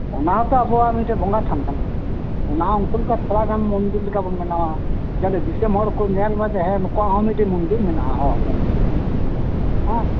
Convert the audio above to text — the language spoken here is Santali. ᱚᱱᱟ ᱛᱚ ᱟᱵᱚᱣᱟᱜ ᱢᱤᱫᱴᱮᱱ ᱵᱚᱸᱜᱟ ᱛᱷᱟᱱ ᱠᱟᱱᱟ ᱚᱱᱟ ᱦᱚᱸ ᱩᱱᱠᱩ ᱞᱮᱠᱟ ᱛᱷᱚᱲᱟ ᱜᱟᱱ ᱢᱚᱱᱫᱤᱨ ᱞᱮᱠᱟ ᱵᱚᱱ ᱵᱮᱱᱟᱣᱟ ᱡᱟᱱᱤ ᱫᱤᱥᱚᱢ ᱦᱚᱲ ᱠᱚ ᱧᱮᱞ ᱢᱟ ᱡᱮ ᱦᱮᱸ ᱱᱩᱠᱩᱣᱟᱜ ᱦᱚᱸ ᱢᱤᱫᱴᱮᱡ ᱢᱚᱱᱫᱤᱨ ᱢᱮᱱᱟᱜᱼᱟ ᱛᱚ ᱚᱱᱟᱜᱮ ᱦᱮᱸ